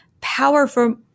powerful